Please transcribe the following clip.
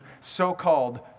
so-called